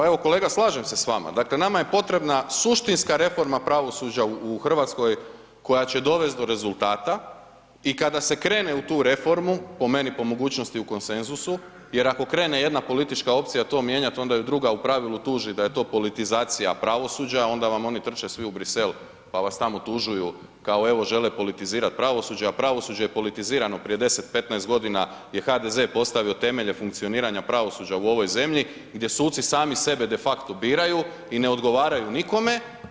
Pa evo kolega, slažem se s vama, dakle, nama je potrebna suštinska reforma pravosuđa u Hrvatskoj koja će dovesti do rezultata i kada se krene u tu reformu, po meni po mogućnosti u konsenzusu, jer ako krene jedna politička opcija to mijenjati, onda ju druga u pravilu tuži da je to politizacija pravosuđa, onda vam oni trče svi u Bruxelles pa vas tamo tužuju kao evo žele politizirati pravosuđe, a pravosuđe je politizirano prije 10-15 godina je HDZ postavio temelje funkcioniranja pravosuđa u ovoj zemlji gdje suci sami sebe de facto biraju i ne odgovaraju nikome.